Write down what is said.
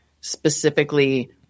specifically